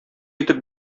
итеп